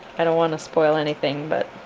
i don't want to spoil anything but